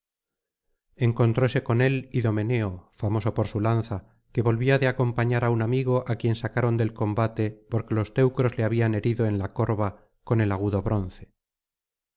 encontróse con él idomeneo famoso por su lanza que volvía de acompañar á un amigo á quien sacaron del combate porque los teucros le habían herido en la cor'a con el agudo bronce